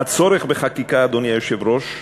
אדוני היושב-ראש,